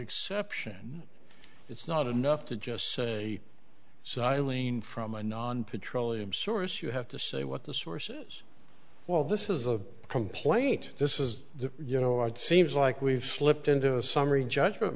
exception it's not enough to just say so eileen from a non petroleum source you have to say what the sources well this is a complaint this is the you know it seems like we've slipped into a summary judgment